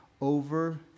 over